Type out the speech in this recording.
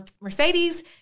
Mercedes